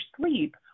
sleep